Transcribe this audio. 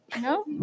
No